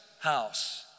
house